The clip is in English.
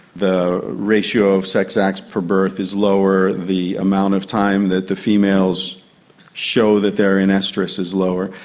the ratio of sex acts per birth is lower, the amount of time that the females show that they're in oestrus is lower.